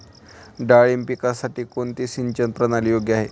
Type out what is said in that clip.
डाळिंब पिकासाठी कोणती सिंचन प्रणाली योग्य आहे?